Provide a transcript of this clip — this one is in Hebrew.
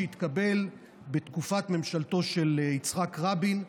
שהתקבל בתקופת ממשלתו של יצחק רבין.